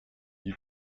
you